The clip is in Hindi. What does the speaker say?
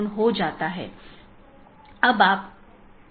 तो यह एक तरह से पिंगिंग है और एक नियमित अंतराल पर की जाती है